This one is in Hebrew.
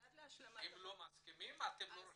ועד להשלמת ה- -- אם לא מסכימים אתם לא רושמים?